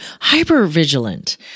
hyper-vigilant